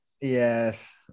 yes